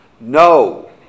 No